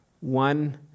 One